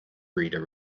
breeder